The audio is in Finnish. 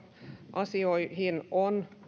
asioihin